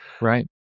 right